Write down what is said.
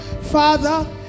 Father